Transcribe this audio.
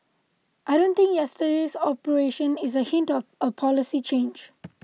I don't think yesterday's operation is a hint of a policy change